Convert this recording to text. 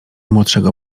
młodszego